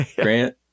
Grant